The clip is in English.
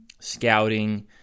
scouting